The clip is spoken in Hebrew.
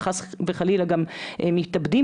וחלילה גם מתאבדים,